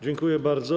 Dziękuję bardzo.